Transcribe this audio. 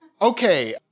Okay